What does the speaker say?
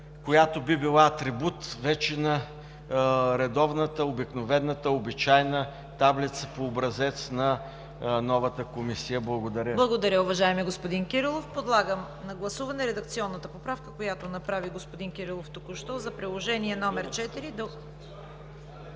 която би била атрибут вече на редовната, обикновената, обичайната таблица по образец на новата комисия. Благодаря. ПРЕДСЕДАТЕЛ ЦВЕТА КАРАЯНЧЕВА: Благодаря, уважаеми господин Кирилов. Подлагам на гласуване редакционната поправка, която направи господин Кирилов току-що, за Приложение № 4.